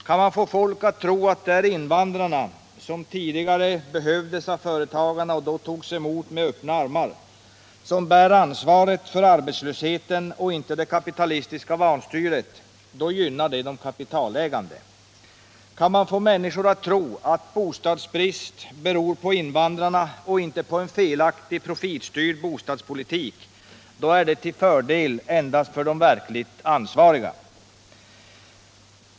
Kan man få folk att tro att det är invandrarna — som tidigare, när de behövdes, av företagarna togs emot med öppna armar — som bär ansvaret för arbetslösheten och inte det kapitalistiska vanstyret, då gynnar detta de kapitalägande. Kan man få människor att tro att bostadsbrist beror på invandrarna och inte på en felaktig och profitstyrd bostadspolitik är detta till fördel endast för de verkligt ansvariga.